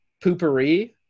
Poopery